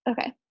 okay